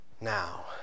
Now